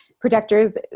projectors